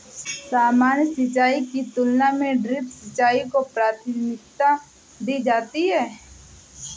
सामान्य सिंचाई की तुलना में ड्रिप सिंचाई को प्राथमिकता दी जाती है